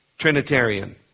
trinitarian